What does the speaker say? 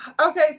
Okay